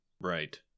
Right